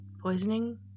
poisoning